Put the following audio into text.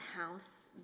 house